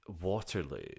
Waterloo